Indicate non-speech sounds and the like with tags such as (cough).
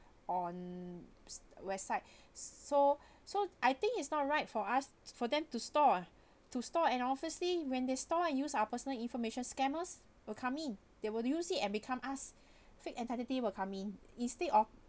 on (noise) website (breath) so (breath) so I think it's not right for us for them to store (breath) to store and obviously when they store and use our personal information scammers will come in they will use it and become us (breath) fake identity will come in instead of